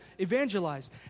evangelized